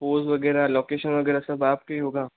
pose वगैरह location वगैरह सब आपका ही होगा